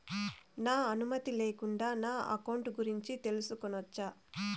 నా అనుమతి లేకుండా నా అకౌంట్ గురించి తెలుసుకొనొచ్చా?